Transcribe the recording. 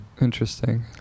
Interesting